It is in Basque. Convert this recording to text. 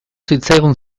zitzaigun